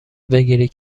بگیرید